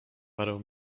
parę